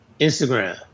Instagram